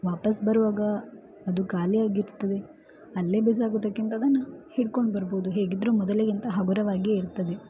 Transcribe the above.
ವಾಪಸ್ ಬರುವಾಗ ಅದು ಖಾಲಿಯಾಗಿರ್ತದೆ ಅಲ್ಲೇ ಬಿಸಾಕುವುದಕ್ಕಿಂತ ಅದನ್ನು ಹಿಡ್ಕೊಂಡು ಬರಬಹುದು ಹೇಗಿದ್ದರೂ ಮೊದಲಿಗಿಂತ ಹಗುರವಾಗೇ ಇರ್ತದೆ